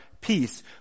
peace